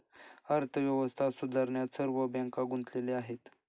अर्थव्यवस्था सुधारण्यात सर्व बँका गुंतलेल्या आहेत